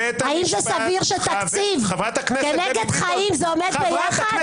האם זה סביר שתקציב כנגד חיים זה עומד ביחד?